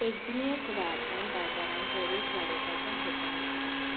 take genius वाड आनी बाजारांत प्रवेश वाडोवपाच्या हेतान